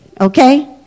okay